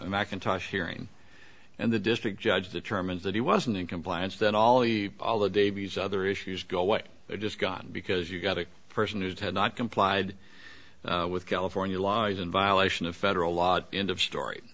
the macintosh hearing and the district judge determines that he wasn't in compliance then all the all the davies other issues go away they're just gone because you got a person who's had not complied with california law is in violation of federal law end of story